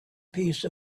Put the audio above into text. piece